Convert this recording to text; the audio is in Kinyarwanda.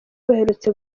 baherutse